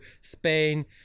spain